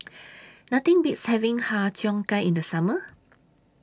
Nothing Beats having Har Cheong Gai in The Summer